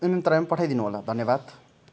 MM तराइमा नै पठाइदिनु होला धन्यवाद